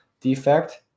defect